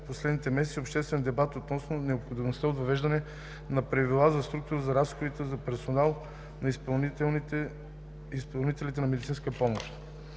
последните месеци обществен дебат относно необходимостта от въвеждане на правила за структурата на разходите за персонал на изпълнителите на медицинска помощ.